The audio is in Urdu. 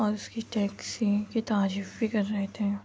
اور اس کی ٹیکسی کی تعریف بھی کر رہے تھے